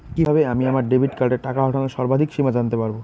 কিভাবে আমি আমার ডেবিট কার্ডের টাকা ওঠানোর সর্বাধিক সীমা জানতে পারব?